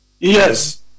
Yes